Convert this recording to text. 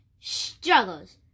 struggles